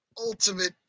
Ultimate